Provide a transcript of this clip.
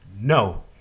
No